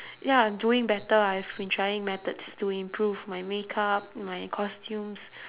ya doing better I've been trying methods to improve my makeup my costumes